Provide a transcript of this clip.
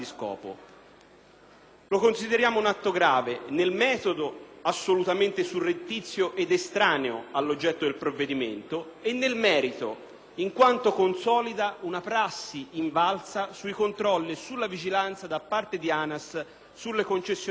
Lo consideriamo un atto grave, nel metodo assolutamente surrettizio ed estraneo all’oggetto del provvedimento, e nel merito in quanto consolida una prassi invalsa sui controlli e sulla vigilanza da parte di ANAS sulle concessionarie autostradali,